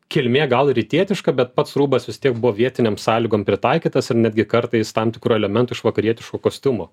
kilmė gal rytietiška bet pats rūbas vis tiek buvo vietinėm sąlygom pritaikytas ir netgi kartais tam tikrų elementų iš vakarietiško kostiumo